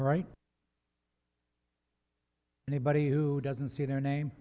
right anybody who doesn't see their name